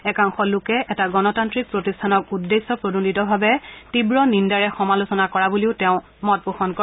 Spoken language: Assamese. একাংশ লোকে এটা গণতান্নিক প্ৰতিষ্ঠানক উদ্দেশ্য প্ৰণোদিতভাৱে তীৱ নিন্দাৰে সমালোচনা কৰা বুলিও তেওঁ মত পোষণ কৰে